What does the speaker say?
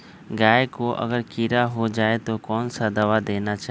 गाय को अगर कीड़ा हो जाय तो कौन सा दवा देना चाहिए?